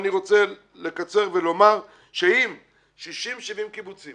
אני רוצה לקצר ולומר שאם 60-70 קיבוצים